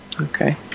Okay